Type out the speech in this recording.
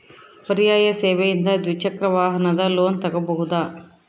ಪರ್ಯಾಯ ಸೇವೆಯಿಂದ ದ್ವಿಚಕ್ರ ವಾಹನದ ಲೋನ್ ತಗೋಬಹುದಾ?